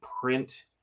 print